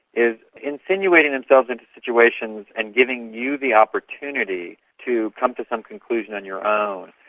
is insinuating themselves into situations and giving you the opportunity to come to some conclusion on your own.